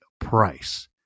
price